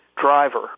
driver